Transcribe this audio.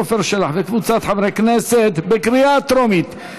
אבל שתתנהג כמו בן